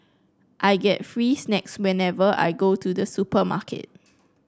I get free snacks whenever I go to the supermarket